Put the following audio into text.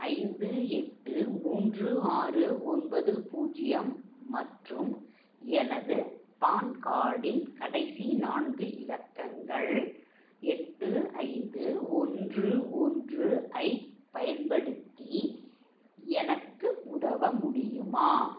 ஐந்து எட்டு மூன்று ஆறு ஒன்பது பூஜ்ஜியம் மற்றும் எனது பான் கார்டின் கடைசி நான்கு இலக்கங்கள் எட்டு ஐந்து ஒன்று ஒன்று ஐப் பயன்படுத்தி எனக்கு உதவ முடியுமா